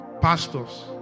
pastors